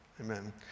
Amen